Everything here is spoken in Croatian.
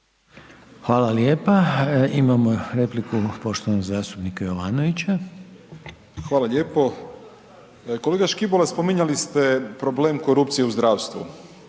Hvala lijepa. Imamo repliku poštovanog zastupnika Jovanovića. **Jovanović, Željko (SDP)** Hvala lijepo. Kolega Škibola, spominjali ste problem korupcije u zdravstvu.